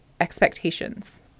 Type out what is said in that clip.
expectations